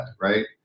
Right